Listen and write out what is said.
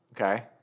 Okay